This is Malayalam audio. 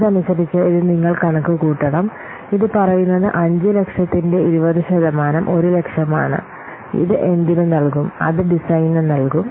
അതനുസരിച്ച് ഇത് നിങ്ങൾ കണക്കുകൂട്ടണം ഇത് പറയുന്നത് 500000 ന്റെ 20 ശതമാനം 100000 ആണ് ഇത് എന്തിനു നൽകും അത് ഡിസൈന് നൽകും